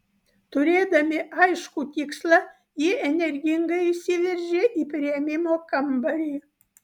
turėdami aiškų tikslą jie energingai įsiveržė į priėmimo kambarį